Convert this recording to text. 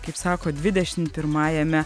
kaip sako dvidešimt pirmajame